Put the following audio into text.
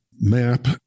map